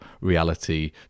reality